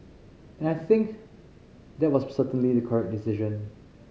and I think that was certainly the correct decision